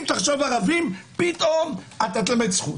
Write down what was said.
אם תחשוב ערבים, פתאום תלמד זכות.